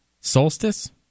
solstice